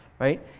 Right